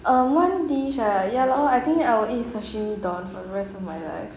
um one dish ah ya lor I think I'll eat sashimi don for the rest of my life